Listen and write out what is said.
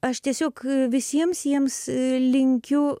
aš tiesiog visiems jiems linkiu